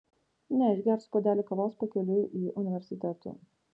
ne išgersiu puodelį kavos pakeliui į universitetų